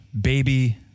Baby